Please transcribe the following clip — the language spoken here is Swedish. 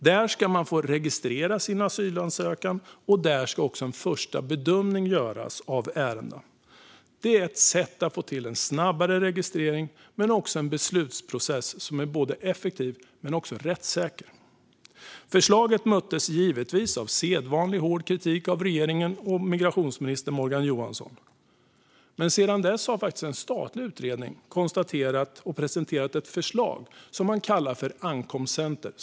Där ska man få registrera sin asylansökan. Där ska också en första bedömning av ärendena göras. Detta är ett sätt att få till en snabbare registrering, men det utgör också en beslutsprocess som är både effektiv och rättssäker. Förslaget möttes givetvis av sedvanlig hård kritik från regeringen och migrationsminister Morgan Johansson. Men sedan dess har en statlig utredning presenterat ett förslag om så kallade ankomstcenter.